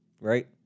right